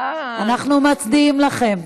אנחנו מצדיעים לכן.